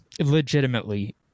legitimately